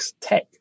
tech